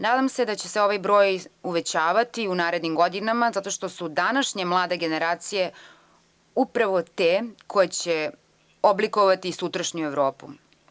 Nadam se da će se ovaj broj uvećavati u narednim godinama zato što su današnje mlade generacije upravo te koje će oblikovati sutrašnju Evropu.